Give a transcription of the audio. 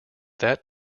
that